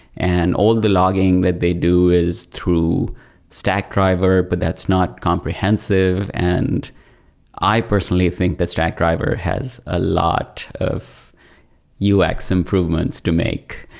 and all the logging that they do is through stackdriver, but that's not comprehensive, and i personally think that stackdriver has ah lot of ux improvements to make.